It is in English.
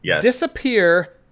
disappear